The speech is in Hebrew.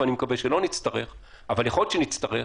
ואני מקווה שלא נצטרך אבל יכול להיות שנצטרך